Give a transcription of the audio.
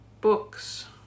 books